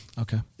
Okay